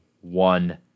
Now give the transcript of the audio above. one